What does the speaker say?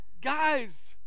Guys